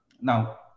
Now